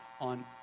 on